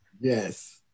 Yes